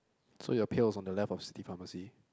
so your pill is on the left of city pharmacy